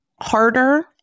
harder